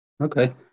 Okay